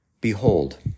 Behold